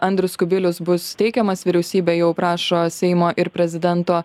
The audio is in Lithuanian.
andrius kubilius bus teikiamas vyriausybė jau prašo seimo ir prezidento